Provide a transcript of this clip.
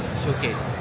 showcase